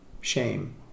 Shame